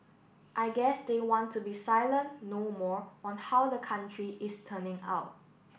I guess they want to be silent no more on how the country is turning out